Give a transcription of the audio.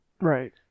Right